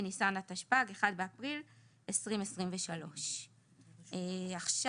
בניסן התשפ"ג, 1 באפריל 2023. זאת אומרת